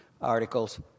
articles